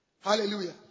Hallelujah